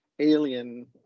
alien